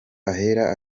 ahera